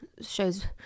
shows